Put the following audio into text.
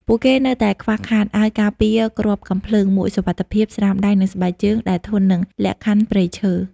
ពួកគេនៅតែខ្វះខាត អាវការពារគ្រាប់កាំភ្លើង មួកសុវត្ថិភាព ស្រោមដៃ និងស្បែកជើងដែលធន់នឹងលក្ខខណ្ឌព្រៃឈើ។